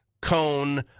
cone